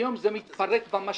היום זה מתפרק במשחתה,